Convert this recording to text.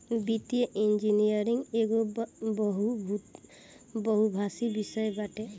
वित्तीय इंजनियरिंग एगो बहुभाषी विषय बाटे